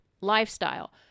lifestyle